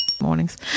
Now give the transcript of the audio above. mornings